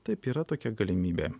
taip yra tokia galimybė